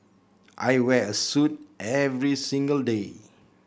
I wear a suit every single day